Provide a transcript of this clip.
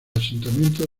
asentamiento